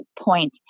point